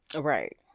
Right